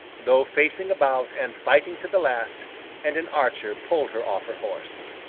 though facing about and fighting to the last and an archer pulled her off her horse.